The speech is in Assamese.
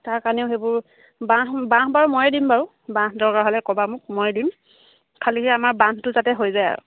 তাৰ কাৰণেও সেইবোৰ বাঁহ বাঁহ বাৰু ময়ে দিম বাৰু বাঁহ দৰকাৰ হ'লে ক'বা মোক ময়ে দিম খালি আমাৰ বান্ধটো যাতে হৈ যায় আৰু